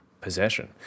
Possession